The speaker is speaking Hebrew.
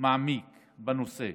מעמיק בנושא